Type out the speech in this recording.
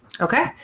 okay